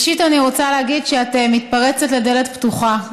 ראשית, אני רוצה להגיד שאת מתפרצת לדלת פתוחה.